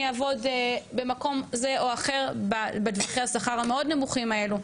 אעבוד במקום זה או אחר בטווחי השכר המאוד נמוכים האלו,